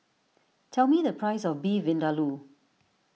tell me the price of Beef Vindaloo